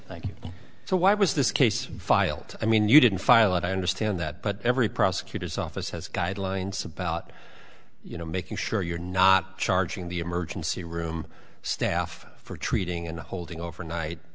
thank you so why was this case filed i mean you didn't file it i understand that but every prosecutor's office has guidelines about you know making sure you're not charging the emergency room staff for treating and holding overnight